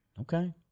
Okay